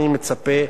אני מצפה,